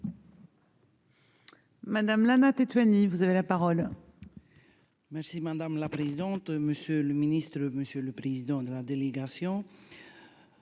Madame Lana Téphany, vous avez la parole. Merci madame la présidente, monsieur le ministre, monsieur le président de la délégation